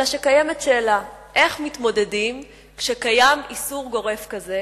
אלא שקיימת שאלה: איך מתמודדים כשקיים איסור גורף כזה